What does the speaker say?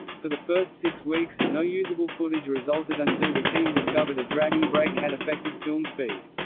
for the first six weeks, no usable footage resulted until the team discovered a dragging brake had affected film speed.